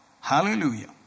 Hallelujah